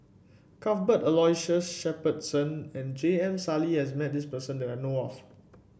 Cuthbert Aloysius Shepherdson and J M Sali has met this person that I know of